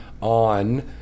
on